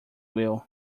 will